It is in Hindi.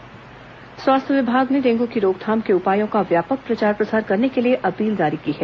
डेंगू प्रचार प्रसार स्वास्थ्य विभाग ने डेंगू की रोकथाम के उपायों का व्यापक प्रचार प्रसार करने के लिए अपील जारी की है